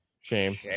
Shame